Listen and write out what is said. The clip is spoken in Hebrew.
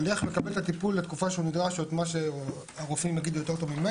אז אספר לך אחר כך בינינו על מה שהיא אמרה על מערך בריאות הנפש.